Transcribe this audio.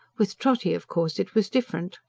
with trotty, of course, it was different.